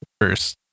first